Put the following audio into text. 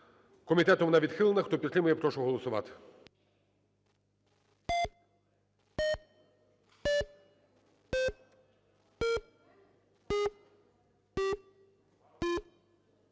Комітетом вона відхилена. Хто підтримує, прошу голосувати.